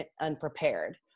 unprepared